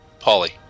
Pauly